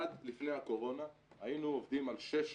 עד לפני הקורונה היינו עובדים על שש